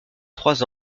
trois